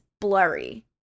blurry